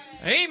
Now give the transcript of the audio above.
Amen